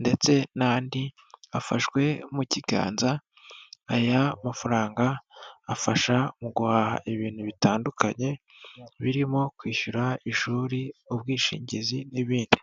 ndetse n'andi, afashwe mu kiganza. Aya mafaranga afasha mu guhaha ibintu bitandukanye birimo kwishyura ishuri, ubwishingizi n'ibindi.